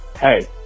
hey